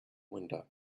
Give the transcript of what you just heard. window